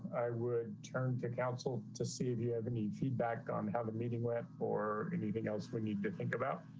i would turn to counsel to see if you have and any feedback um have a meeting with or anything else we need to think about